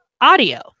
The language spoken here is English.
audio